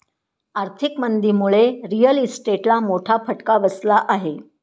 आर्थिक मंदीमुळे रिअल इस्टेटला मोठा फटका बसला आहे